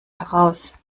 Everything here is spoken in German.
heraus